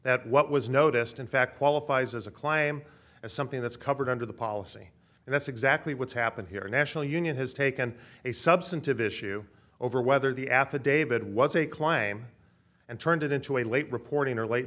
that what was noticed in fact qualifies as a claim as something that's covered under the policy and that's exactly what's happened here national union has taken a substantive issue over whether the affidavit was a claim and turned it into a late reporting or late